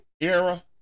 era